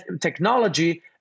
technology